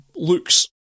looks